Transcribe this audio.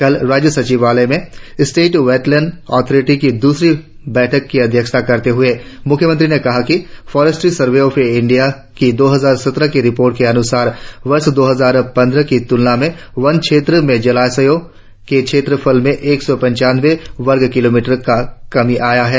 कल राज्य सचिवालय में स्टेट वेटलैंड अथारिटी की दूसरी बैठक का अध्यक्षता करते हुए मुख्यमंत्री ने कहा कि फॉरेस्ट सर्वे ऑफ इंडिया की दो हजार सत्रह की रिपोर्ट के अनुसार वर्ष दो हजार पंद्रह की तुलना में वन क्षेत्र में जलाधयों के क्षेत्रफल में एक सौ पंचानवें वर्ग किलोमीटर की कमी आयी है